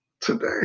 today